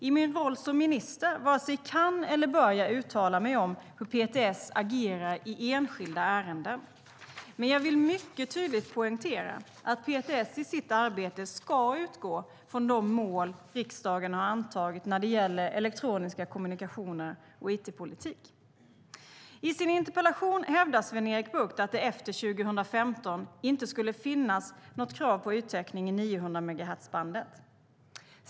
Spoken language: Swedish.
I min roll som minister varken kan eller bör jag uttala mig om hur PTS agerar i enskilda ärenden, men jag vill mycket tydligt poängtera att PTS i sitt arbete ska utgå från de mål riksdagen har antagit när det gäller elektroniska kommunikationer och it-politik. I sin interpellation hävdar Sven-Erik Bucht att det efter 2015 inte skulle finnas något krav på yttäckning i 900-megahertzbandet.